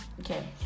okay